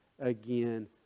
again